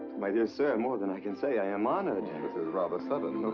my dear sir, more than i can say. i am honored. this is rather sudden.